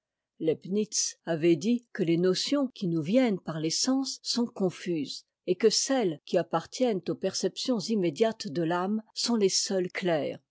leibnitz avait dit que les notions qui nous viennent par les sens sont confuses et que celles qui appartiennent aux perceptions immédiates de l'âme sont les seules claires